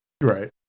Right